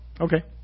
Okay